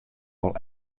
wol